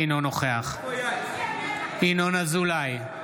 אינו נוכח ינון אזולאי,